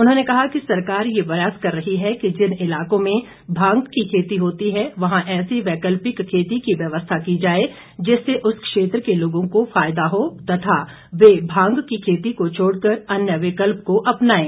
उन्होंने कहा कि सरकार यह प्रयास कर रही है कि जिन इलाकों में भांग की खेती होती है वहां ऐसी वैकल्पिक खेती की व्यवस्था की जाए जिससे उस क्षेत्र के लोगों को फायदा हो तथा वे भांग की खेती को छोड़ कर अन्य विकल्प को अपनाएं